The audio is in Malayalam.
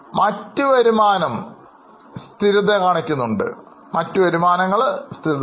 മറ്റു വരുമാനം സ്ഥിരതയുള്ളതാണ്